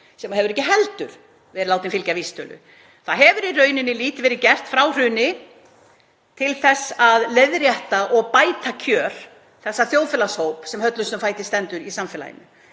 sem hefur ekki heldur verið látinn fylgja vísitölu. Það hefur í rauninni lítið verið gert frá hruni til þess að leiðrétta og bæta kjör þessa þjóðfélagshóps sem höllustum fæti stendur í samfélaginu.